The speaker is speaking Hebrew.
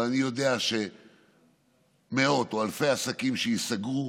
אבל אני יודע שמאות או אלפי עסקים שייסגרו,